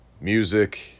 music